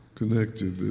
connected